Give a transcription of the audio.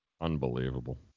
Unbelievable